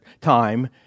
time